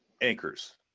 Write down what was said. anchors